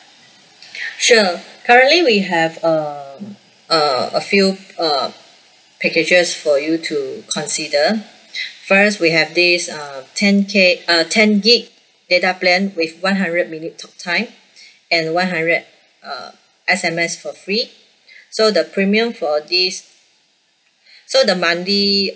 sure currently we have a uh a few uh packages for you to consider first we have this uh ten K uh ten gig data plan with one hundred minute talk time and one hundred uh S_M_S for free so the premium for this so the monthly